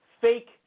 fake